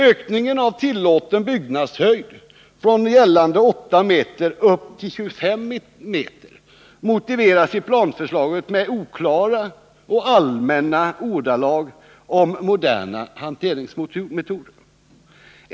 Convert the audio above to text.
Ökningen av tillåten byggnadshöjd från gällande 8 m till 25 m motiveras i planförslaget i oklara och allmänna ordalag om moderna hanteringsmetoder.